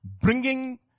bringing